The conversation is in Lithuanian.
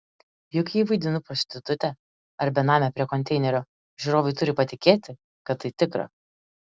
juk jei vaidinu prostitutę ar benamę prie konteinerio žiūrovai turi patikėti kad tai tikra